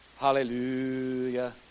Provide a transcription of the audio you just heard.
Hallelujah